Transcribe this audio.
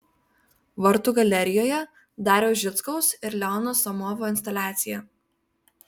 vartų galerijoje dariaus žickaus ir leono somovo instaliacija